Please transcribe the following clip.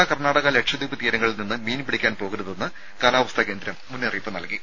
കേരള കർണ്ണാടക ലക്ഷദ്വീപ് തീരങ്ങളിൽ നിന്ന് മീൻ പിടിക്കാൻ പോകരുതെന്ന് കാലാവസ്ഥാ കേന്ദ്രം മുന്നറിയിപ്പ് നൽകി